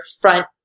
front